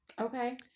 Okay